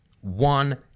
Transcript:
One